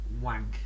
Wank